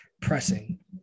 pressing